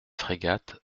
frégates